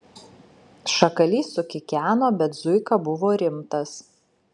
šakalys sukikeno bet zuika buvo rimtas